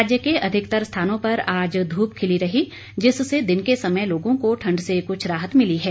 राज्य के अधिकतर स्थानों पर आज ध्रप खिली रही जिससे दिन के समय लोगों को ठंड से कुछ राहत मिली है